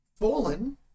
Fallen